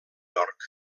york